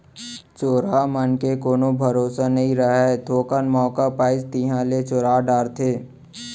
चोरहा मन के कोनो भरोसा नइ रहय, थोकन मौका पाइन तिहॉं ले चोरा डारथें